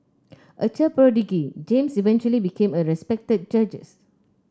a child prodigy James eventually became a respected judges